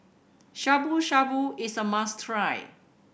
Shabu Shabu is a must try